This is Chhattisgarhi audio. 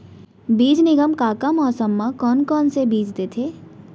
बीज निगम का का मौसम मा, कौन कौन से बीज देथे?